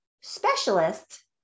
specialist